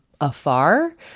afar